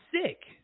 sick